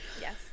Yes